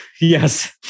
Yes